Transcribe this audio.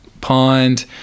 pond